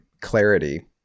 Clarity